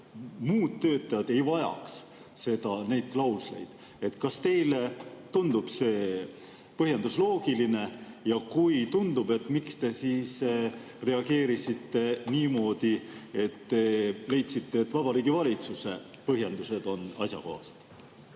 muud töötajad ei vajaks neid klausleid. Kas teile tundub see põhjendus loogiline, ja kui tundub, siis miks te reageerisite niimoodi, et leidsite, et Vabariigi Valitsuse põhjendused on asjakohased?